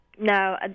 No